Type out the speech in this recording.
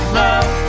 love